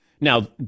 Now